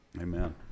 Amen